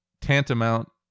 tantamount